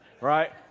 right